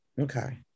okay